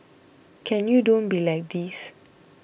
can you don't be like this